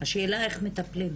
השאלה היא איך מטפלים.